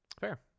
fair